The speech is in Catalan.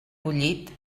bullit